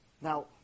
Now